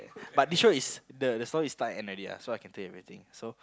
but this show is the the story is start and end already so I can tell you everything so